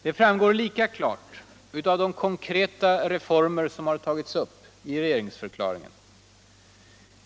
Det framgår lika klart av de konkreta reformer som har tagis upp i regeringsförklaringen.